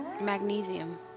Magnesium